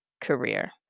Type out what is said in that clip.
career